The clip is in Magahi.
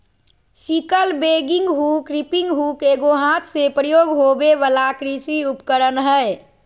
sickle bagging hook, reaping hook एगो हाथ से प्रयोग होबे वला कृषि उपकरण हइ